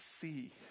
see